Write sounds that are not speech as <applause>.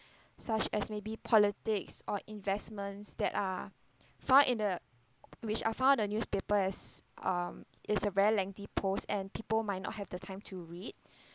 such as maybe politics or investments that are found in the which are found the newspaper as um it's a very lengthy post and people might not have the time to read <breath>